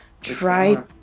try